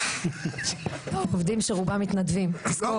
עובדים שרובם מתנדבים, תזכור.